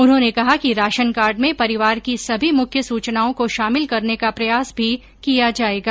उन्होंने कहा कि राशन कार्ड में परिवार की सभी मुख्य सूचनाओं को शामिल करने का प्रयास भी किया जायेगा